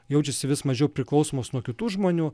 jaučiasi vis mažiau priklausomos nuo kitų žmonių